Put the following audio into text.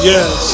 Yes